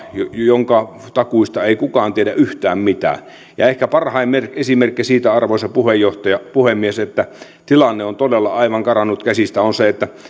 jonka takuista ei kukaan tiedä yhtään mitään ja ehkä parhain esimerkki siitä arvoisa puhemies että tilanne on todella aivan karannut käsistä on se että